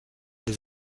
des